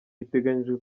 biteganyijwe